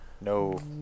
no